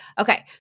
okay